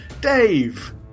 Dave